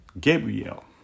Gabriel